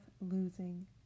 losing